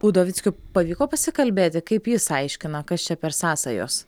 udovickiu pavyko pasikalbėti kaip jis aiškina kas čia per sąsajos